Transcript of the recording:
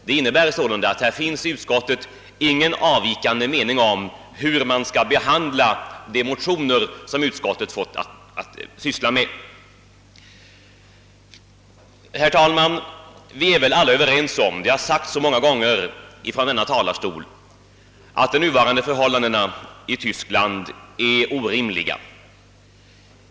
Det innebär alltså att det i utskottet inte finns någon avvikande mening om hur man skall behandla den aktuella motionen. Herr talman! Det har många gånger sagts från denna talarstol att de nuvarande förhållandena i Tyskland är orim liga.